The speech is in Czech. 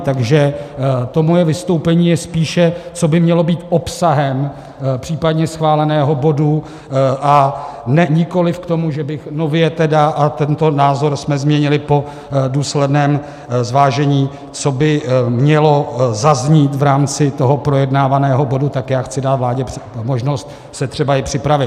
Takže to moje vystoupení je spíše, co by mělo být obsahem případně schváleného bodu, a nikoliv k tomu, že bych nově tedy a tento názor jsme změnili po důsledném zvážení, co by mělo zaznít v rámci toho projednávaného bodu, tak já chci dát vládě možnost se třeba i připravit.